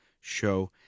show